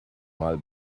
mal